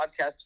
podcast